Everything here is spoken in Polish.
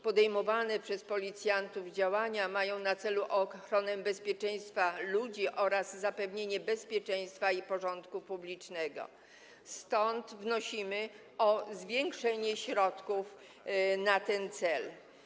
Podejmowane przez policjantów działania mają na celu ochronę bezpieczeństwa ludzi oraz zapewnienie bezpieczeństwa i porządku publicznego, dlatego też wnosimy o zwiększenie środków na ten cel.